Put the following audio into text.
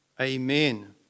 Amen